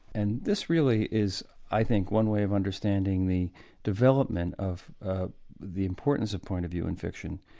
and this really is i think one way of understanding the development of the importance of point of view in fiction.